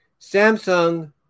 Samsung